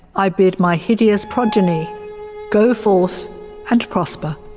i bid my hideous progeny go forth and prosper.